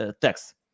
text